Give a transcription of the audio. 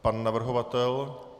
Pan navrhovatel?